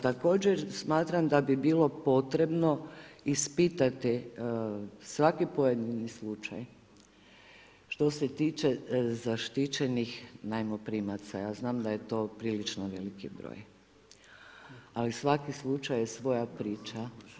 Također smatram da bi bilo potrebno ispitati svaki pojedini slučaj što se tiče zaštićenih najmoprimaca, ja znam da je to prilično veliki broj ali svaki slučaj je svoja priča.